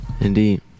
Indeed